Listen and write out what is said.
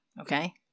Okay